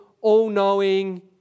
all-knowing